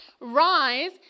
rise